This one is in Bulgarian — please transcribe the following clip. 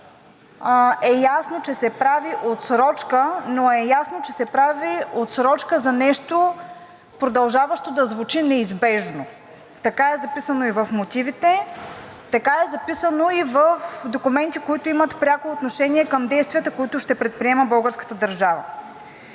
е ясно, че се прави отсрочка, но е ясно, че се прави отсрочка за нещо, продължаващо да звучи неизбежно. Така е записано и в мотивите, така е записано и в документи, които имат пряко отношение към действията, които ще предприема българската държава.